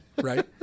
right